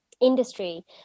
industry